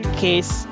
case